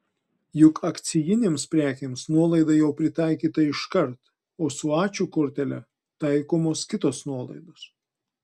juk akcijinėms prekėms nuolaida jau pritaikyta iškart o su ačiū kortele taikomos kitos nuolaidos